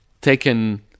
taken